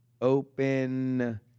Open